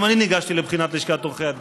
גם אני ניגשתי לבחינת לשכת עורכי הדין,